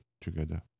together